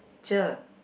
cher